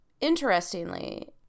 interestingly